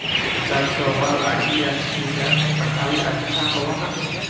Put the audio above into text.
सरसोबा लगी स्प्रिंगर पटाय अच्छा होबै हकैय?